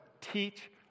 teach